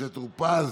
משה טור פז,